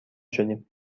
شدیم